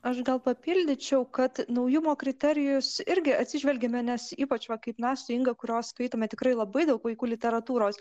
aš gal papildyčiau kad naujumo kriterijus irgi atsižvelgiame nes ypač va kaip mes su inga kurios skaitome tikrai labai daug vaikų literatūros